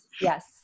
Yes